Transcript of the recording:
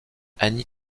annie